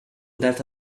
that